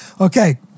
Okay